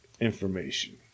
information